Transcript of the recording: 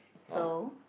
so